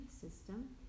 system